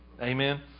Amen